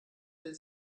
will